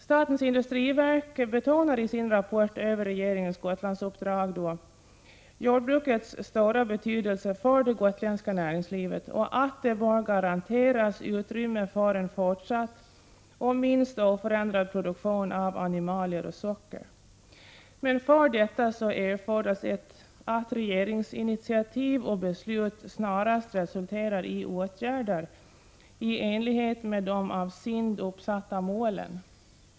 Statens industriverk betonar i sin rapport över regeringens Gotlandsuppdrag jordbrukets stora betydelse för det gotländska näringslivet och framhåller att utrymme bör garanteras för en fortsatt och minst oförändrad produktion av animalier och socker. Men för detta erfordras att regeringsinitiativ och beslut snarast resulterar i åtgärder i enlighet med de av SIND uppsatta målen.